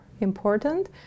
important